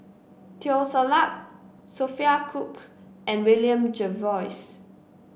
Teo Ser Luck Sophia Cooke and William Jervois